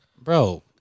bro